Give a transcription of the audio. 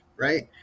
right